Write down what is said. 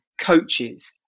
coaches